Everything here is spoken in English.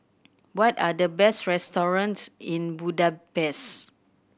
what are the best restaurants in Budapest